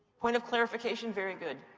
point of clarification, very good.